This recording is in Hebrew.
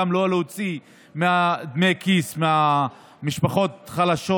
לא להוציא דמי כיס ממשפחות חלשות,